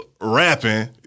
rapping